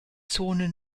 zone